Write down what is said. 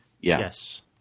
Yes